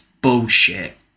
bullshit